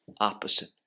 opposite